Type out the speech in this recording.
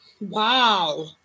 wow